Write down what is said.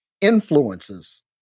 influences